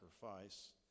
sacrifice